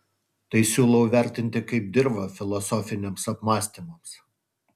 tai siūlau vertinti kaip dirvą filosofiniams apmąstymams